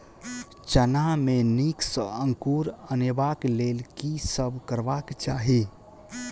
चना मे नीक सँ अंकुर अनेबाक लेल की सब करबाक चाहि?